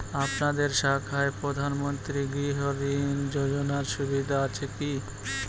আপনাদের শাখায় প্রধানমন্ত্রী গৃহ ঋণ যোজনার সুবিধা আছে কি?